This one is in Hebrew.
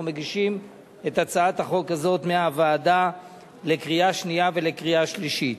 אנחנו מגישים את הצעת החוק הזאת מהוועדה לקריאה שנייה ולקריאה שלישית.